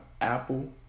Apple